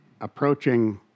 approaching